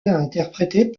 interprétée